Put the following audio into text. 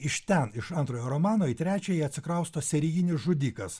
iš ten iš antrojo romano į trečiąjį atsikrausto serijinis žudikas